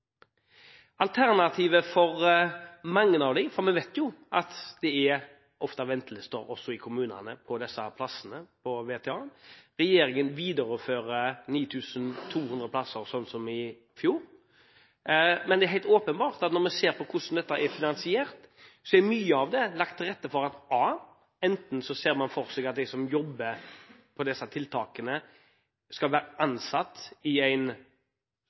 Vi vet at det ofte er ventelister på disse VTA-plassene i kommunene. Regjeringen viderefører 9 200 plasser, som i fjor. Men når vi ser på hvordan dette er finansiert, er det helt åpenbart at mye av det er tilrettelagt for at man enten ser for seg at de som jobber innenfor disse tiltakene, skal være ansatt i en